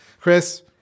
Chris